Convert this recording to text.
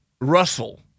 Russell